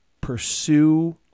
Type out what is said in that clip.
pursue